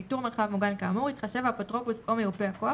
באיתור מרחב מוגן כאמור יתחשב האפוטרופוס או מיופה הכוח